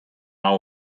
hau